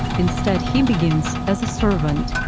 instead, he begins, as a servant,